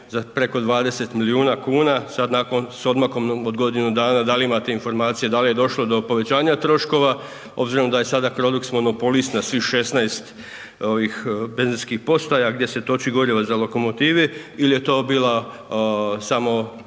za preko 20 milijuna kuna. Sada nakon s odmakom od godinu dana da li imate informacije da li je došlo do povećanja troškova obzirom da je sada Crodux monopolist na svih 16 benzinskih postaja gdje se toči gorivo za lokomotive ili je to bila samo